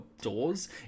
doors